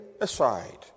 aside